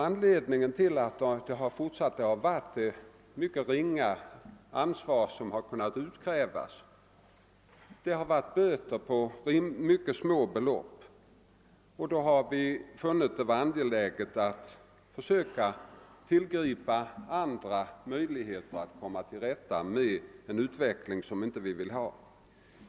Anledningen till att verksamheten fortsatt har varit det mycket ringa ansvar som kunnat utkrävas. Det har utdömts böter på mycket små belopp. Vi har därför funnit det vara angeläget att försöka komma till rätta med de missförhållanden som råder.